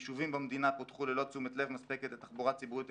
ישובים במדינה פותחו ללא תשומת לב מספקת לתחבורה ציבורית.